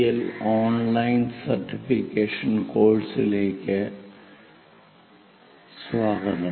L online certification കോഴ്സുകളിലേക്ക് സ്വാഗതം